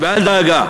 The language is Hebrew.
ואל דאגה,